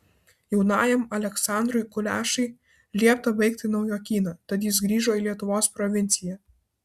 jaunajam aleksandrui kulešai liepta baigti naujokyną tad jis grįžo į lietuvos provinciją